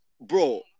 Bro